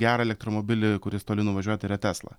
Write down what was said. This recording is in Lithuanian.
gerą elektromobilį kuris toli nuvažiuoja tai yra tesla